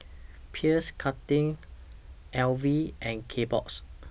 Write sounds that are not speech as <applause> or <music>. <noise> Pierre Cardin L V and Kbox